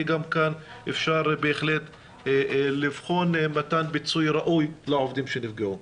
גם כאן אפשר בהחלט לבחון מתן פיצוי ראוי לעובדים שנפגעו.